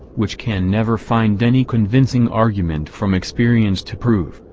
which can never find any convincing argument from experience to prove,